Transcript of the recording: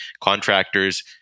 contractors